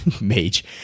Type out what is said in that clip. Mage